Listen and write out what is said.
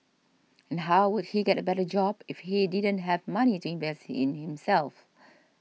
and how would he get a better job if he didn't have money to invest in himself